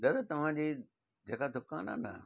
दादा तव्हां जी जेका दुकानु आहे न